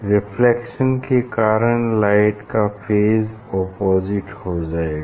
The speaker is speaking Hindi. रिफ्लेक्शन के कारण लाइट का फेज अपोजिट हो जाएगा